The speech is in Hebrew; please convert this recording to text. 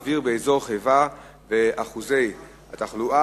בנושא: זיהום האוויר באזור חיפה ואחוזי התחלואה